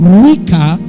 weaker